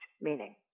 meaning